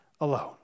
alone